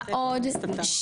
מה עוד,